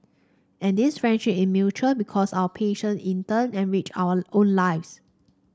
and this friendship is mutual because our patient in turn enrich our own lives